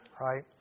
right